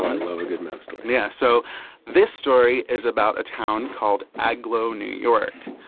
i love a good map story yeah. so this story is about a town called agloe, new york.